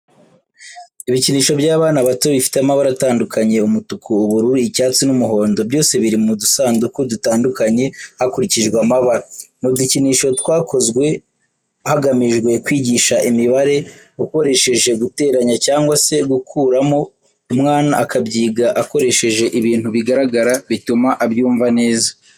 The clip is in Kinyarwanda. Ibikinisho by'abana bato bifite amabara atandukanye umutuku, ubururu, icyatsi n'umuhondo byose biri mu dusanduku dutandukanye hakurikije amabara. Ni udukinisho twakozwe hagamijwe kwigisha imibare ukoresheje guteranya cyangwa se gukuramo umwana akabyiga akoresheje ibintu bigaragara bituma abyumva neza.